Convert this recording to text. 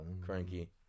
Cranky